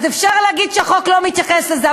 אז אפשר להגיד שהחוק לא מתייחס לזה,